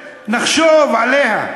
נחשוב עליה.